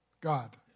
God